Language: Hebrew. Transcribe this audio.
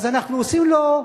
אז אנחנו עושים לו,